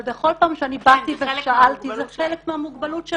אבל בכל פעם שאני באתי ושאלתי זה חלק מהמוגבלות.